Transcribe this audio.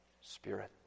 Spirit